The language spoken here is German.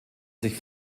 sich